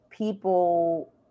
People